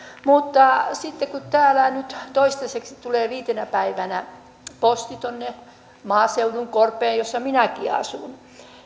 mutta sitten kun nyt toistaiseksi tulee viitenä päivänä posti tuonne maaseudun korpeen jossa minäkin asun